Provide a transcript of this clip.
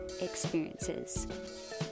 experiences